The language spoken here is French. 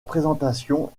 présentation